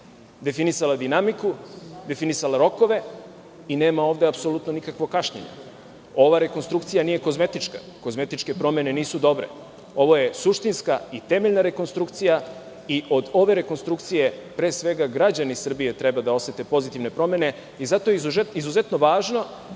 definisala dinamiku, definisala rokove i ovde nema apsolutno nikakvog kašnjenja. Ova rekonstrukcija nije kozmetička. Kozmetičke promene nisu dobre. Ovo je suštinska i temeljna rekonstrukcija i od ove rekonstrukcija pre svega građani Srbije treba da osete pozitivne promene. Zato je izuzetno važno